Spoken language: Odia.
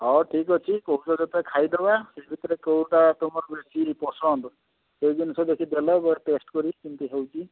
ହେଉ ଠିକ ଅଛି କହୁଛ ଯେତେ ଖାଇଦେବା ସେଇ ଭିତରୁ କେଉଁଟା ତୁମର ବେଶୀ ପସନ୍ଦ ସେଇ ଜିନିଷ ଦେଖିକି ଦେଲ ଟିକିଏ ଟେଷ୍ଟ କରିବି କେମତି ହେଉଛି